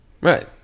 Right